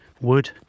wood